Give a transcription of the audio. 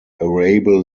arable